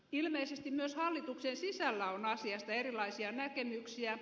ilmeisesti myös hallituksen sisällä on asiasta erilaisia näkemyksiä